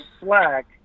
slack